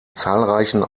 zahlreichen